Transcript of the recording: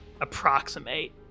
approximate